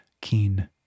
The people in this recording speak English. keen